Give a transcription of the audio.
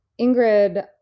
Ingrid